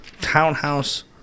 townhouse